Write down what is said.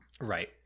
right